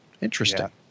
Interesting